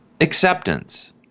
Acceptance